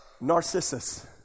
Narcissus